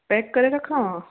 pack करे रखांव